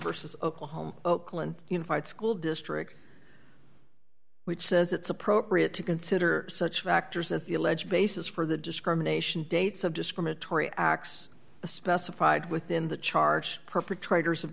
says oklahoma oakland unified school district which says it's appropriate to consider such factors as the alleged basis for the discrimination dates of discriminatory acts specified within the charge perpetrators of